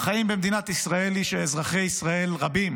החיים במדינת ישראל הם שאזרחי ישראל רבים